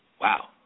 Wow